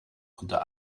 unter